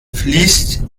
fließt